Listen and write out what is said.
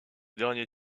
dernier